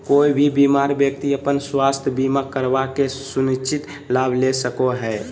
कोय भी बीमार व्यक्ति अपन स्वास्थ्य बीमा करवा के सुनिश्चित लाभ ले सको हय